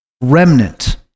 Remnant